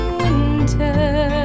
winter